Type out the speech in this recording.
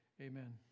Amen